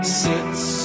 sits